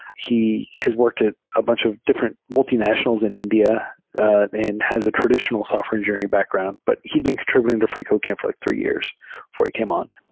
he has worked at a bunch of different multinationals in india and has a traditional software engineering background, but he'd been contr ibuting to freecodecamp for like three years before he came on.